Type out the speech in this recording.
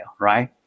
right